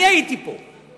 אני הייתי פה.